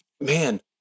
Man